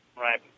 Right